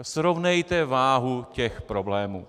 Srovnejte váhu těch problémů.